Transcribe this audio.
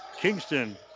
Kingston